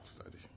study